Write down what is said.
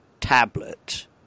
tablet